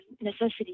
necessity